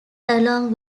along